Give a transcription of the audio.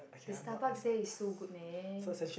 the Starbucks there is so good man